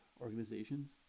organizations